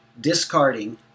discarding